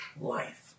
life